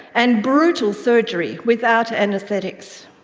and brutal surgery without anaesthetics.